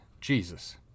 Jesus